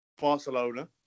Barcelona